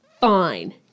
fine